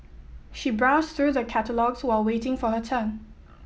she browsed through the catalogues while waiting for her turn